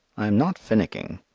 i am not finicking.